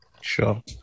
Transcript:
Sure